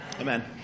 Amen